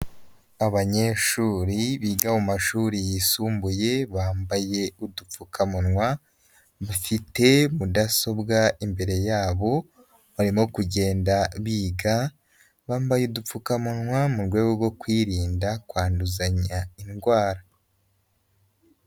Abanyeshuri biga mu mashuri yisumbuye bambaye udupfukamunwa, bafite mudasobwa imbere yabo barimo kugenda biga, bambaye udupfukamunwa mu rwego rwo kwirinda kwanduzanya indwara.